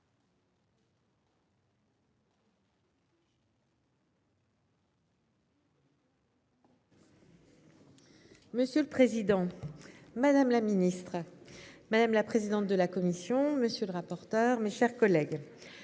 Monsieur le président, madame la ministre, madame la présidente de la commission. Monsieur le rapporteur. Mes chers collègues.